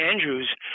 Andrews